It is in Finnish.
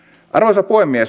arvoisa puhemies